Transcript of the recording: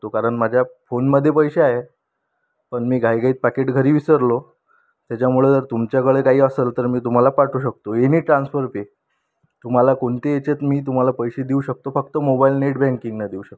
कारण माझ्या फोनमधे पैसे आहेत पण मी घाईघाईत पाकीट घरी विसरलो त्याच्यामुळे जर तुमच्याकडे काही असंल तर मी तुम्हाला पाठवू शकतो एनी ट्रान्सफर पे तुम्हाला कोणत्याही याच्यात मी तुम्हाला पैसे देऊ शकतो फक्त मोबाईल नेट बँकिंगने देऊ शकतो